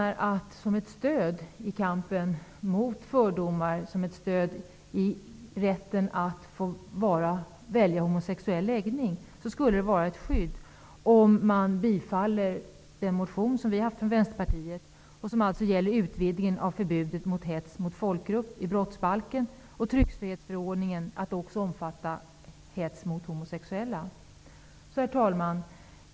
Det skulle vara ett stöd i kampen mot fördomar och ett stöd för rätten till homosexuell läggning om motionen från Vänsterpartiet bifölls. Den gäller alltså en utvidgning av förbudet mot hets mot folkgrupp i brottsbalken och tryckfrihetsförordningen till att också omfatta hets mot homosexuella. Herr talman!